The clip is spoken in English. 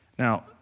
Now